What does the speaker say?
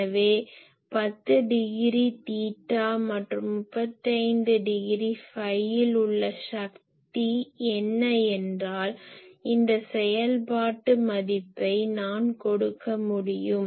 எனவே 10 degree theta மற்றும் 35 degree ஃபையில் உள்ள சக்தி என்ன என்றால் இந்த செயல்பாட்டு மதிப்பை நான் கொடுக்க முடியும்